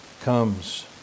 comes